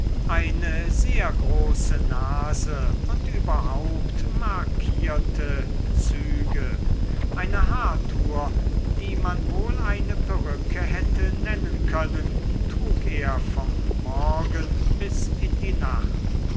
eine sehr große nase und überhaupt markierte züge eine haartour die man wohl eine perücke hätte nennen können trug er vom morgen bis in die nacht